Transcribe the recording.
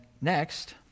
next